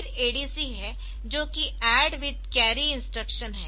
फिर ADC है जो कि ADD विथ कैरी इंस्ट्रक्शन है